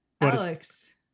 Alex